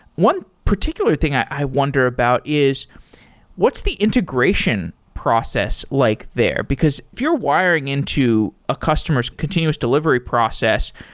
one particular thing i wonder about is what's the integration process like there? because of you're wiring into a customer's continuous delivery process,